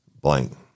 Blank